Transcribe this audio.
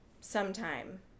sometime